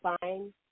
fine